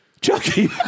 Chucky